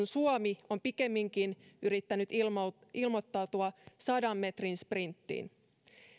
suomi on pikemminkin yrittänyt ilmoittautua sadan metrin sprinttiin